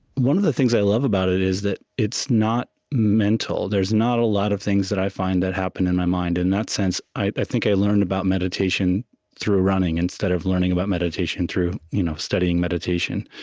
one of the things i love about it is that it's not mental. there's not a lot of things that i find that happen in my mind. in that sense, i i think i learned about meditation through running instead of learning about meditation through you know studying meditation.